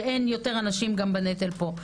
כשאין יותר אנשים גם בנטל פה.